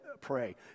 pray